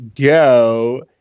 go